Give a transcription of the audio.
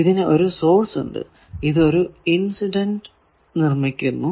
ഇതിനു ഒരു സോഴ്സ് ഉണ്ട് ഇത് ഒരു ഇൻസിഡന്റ് നിർമിക്കുന്നു